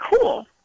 cool